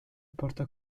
porta